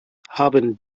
haben